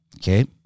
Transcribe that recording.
okay